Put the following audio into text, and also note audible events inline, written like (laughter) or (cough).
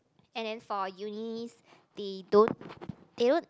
and then for uni they don't (noise) they don't